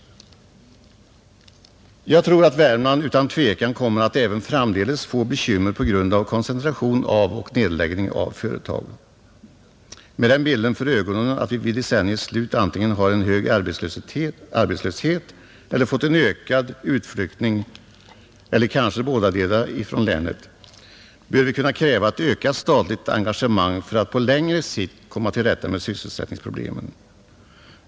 Jag tror att Värmland utan tvekan även framdeles kommer att få bekymmer på grund av koncentration av och nedläggning av företag. Med den bilden för ögonen att vi vid decenniets slut antingen har en hög arbetslöshet eller fått en ökad utflyttning från länet, eller kanske bådadera, bör vi kunna kräva ett ökat statligt engagemang för att på längre sikt komma till rätta med sysselsättningsproblemen.